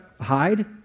hide